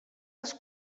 les